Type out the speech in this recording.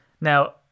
Now